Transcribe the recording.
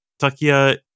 Takia